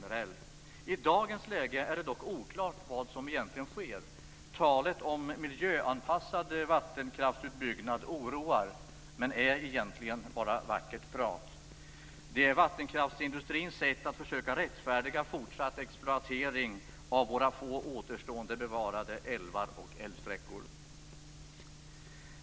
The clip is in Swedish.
Det är dock i dagens läge oklart vad som egentligen sker. Talet om miljöanpassad vattenkraftsutbyggnad oroar men är bara vackert prat. Det är vattenkraftsindustrins sätt att försöka rättfärdiga fortsatt exploatering av våra få återstående bevarade älvar och älvsträckor.